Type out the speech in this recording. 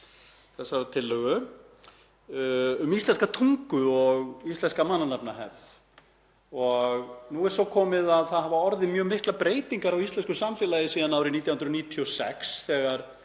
þessarar tillögu um íslenska tungu og íslenska mannanafnahefð. Nú er svo komið að orðið hafa mjög miklar breytingar á íslensku samfélagi síðan árið 1996 þegar